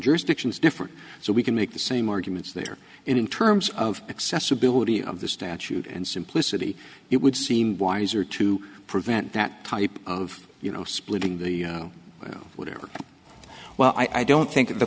jurisdiction is different so we can make the same arguments there in terms of accessibility of the statute and simplicity it would seem wiser to prevent that type of you know splitting the order well i don't think the